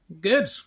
Good